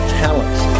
talents